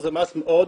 אבל זה מס מאוד